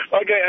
Okay